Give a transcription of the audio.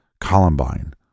Columbine